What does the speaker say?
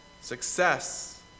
Success